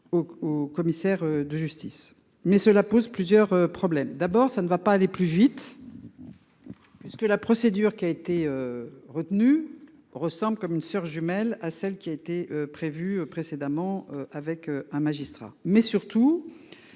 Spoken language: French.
Haut commissaire de justice mais cela pose plusieurs problèmes, d'abord ça ne va pas aller plus vite. Puisque la procédure qui a été. Retenue ressemble comme une soeur jumelle à celle qui a été prévu précédemment avec un magistrat mais surtout.